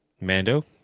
Mando